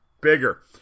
bigger